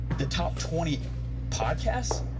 the top twenty podcasts,